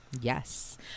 Yes